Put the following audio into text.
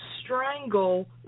strangle